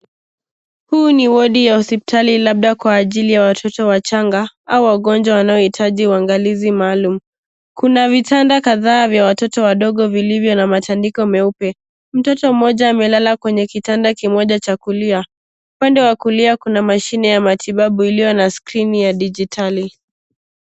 Hii ni wadi ya hospitali, labda kwa ajili ya watoto wachanga, au wagonjwa wanaohitaji uangalizi maalum. Kuna vitanda kadhaa vya watoto wadogo, vilivyo na matandiko meupe. Mtoto mmoja amelala kwenye kitanda kimoja cha kulia. Upande wa kulia kuna mashine ya matibabu, iliyo na skrini ya dijitali.